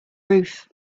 roof